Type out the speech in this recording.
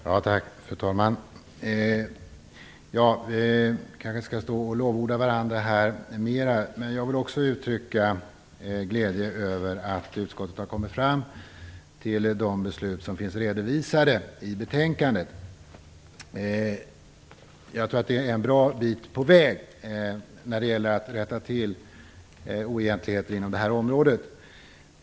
Fru talman! Vi kanske inte skall lovorda varandra mer, men jag vill också uttrycka glädje över att utskottet har kommit fram till de ställningstaganden som finns redovisade i betänkandet. Jag tror att det är en bra bit på väg när det gäller att rätta till oegentligheter inom det här området.